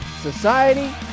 society